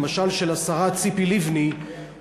למשל של השרה ציפי לבני,